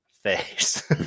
face